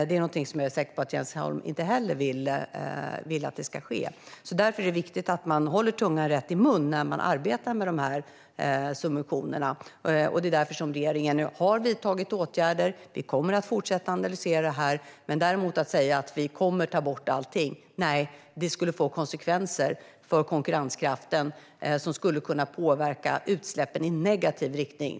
Det är någonting som jag är säker på att Jens Holm inte heller vill ska ske. Därför är det viktigt att man håller tungan rätt i mun när man arbetar med de här subventionerna, och det är därför som regeringen nu har vidtagit åtgärder. Vi kommer att fortsätta att analysera det här, men att ta bort allting - nej, det skulle få konsekvenser för konkurrenskraften som skulle kunna påverka utsläppen i negativ riktning.